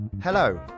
Hello